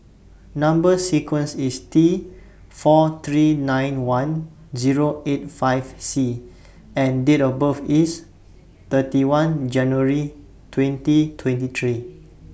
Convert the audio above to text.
Number sequence IS T four three nine one Zero eight five C and Date of birth IS thirty one January twenty twenty three